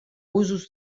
usos